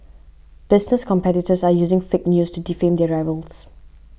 business competitors are using fake news to defame their rivals